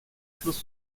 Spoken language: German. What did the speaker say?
schluss